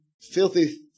filthy